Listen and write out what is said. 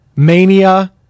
Mania